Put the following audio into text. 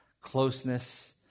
closeness